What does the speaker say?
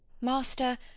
master